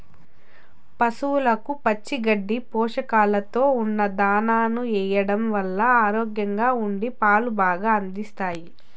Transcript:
పసవులకు పచ్చి గడ్డిని, పోషకాలతో ఉన్న దానాను ఎయ్యడం వల్ల ఆరోగ్యంగా ఉండి పాలను బాగా అందిస్తాయి